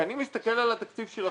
אני מסתכל על התקציב שלכם,